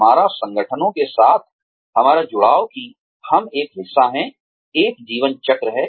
हमारा संगठनों के साथ हमारा जुड़ाव कि हम एक हिस्सा हैं एक जीवन चक्र है